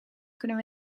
kunnen